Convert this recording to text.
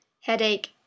headache